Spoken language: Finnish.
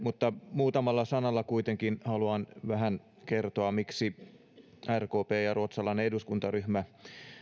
muutamalla sanalla kuitenkin haluan vähän kertoa miksi rkp ruotsalainen eduskuntaryhmä